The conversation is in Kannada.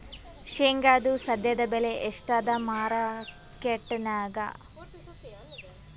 ಶೇಂಗಾದು ಸದ್ಯದಬೆಲೆ ಎಷ್ಟಾದಾ ಮಾರಕೆಟನ್ಯಾಗ?